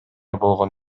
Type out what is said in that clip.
болгон